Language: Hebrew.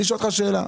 אני שואל אותך שאלה,